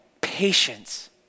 patience